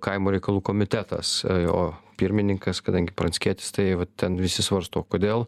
kaimo reikalų komitetas jo pirmininkas kadangi pranckietis tai va ten visi svarsto o kodėl